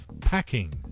packing